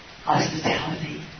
hospitality